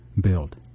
build